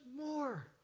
more